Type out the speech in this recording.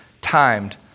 timed